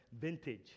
Vintage